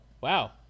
Wow